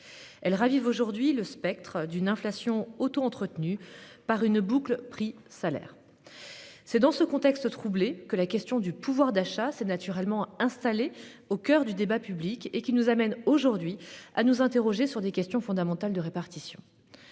1980, ravivant le spectre d'une inflation autoentretenue par une boucle prix-salaire. C'est dans ce contexte troublé que la question du pouvoir d'achat s'est naturellement installée au coeur du débat public, ce qui nous amène aujourd'hui à nous interroger sur des questions fondamentales de répartition.